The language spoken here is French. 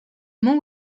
mont